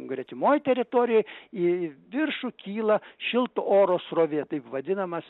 gretimoj teritorijoj į viršų kyla šilto oro srovė taip vadinamas